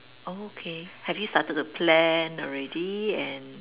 oh okay have you started a plan already and